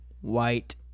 white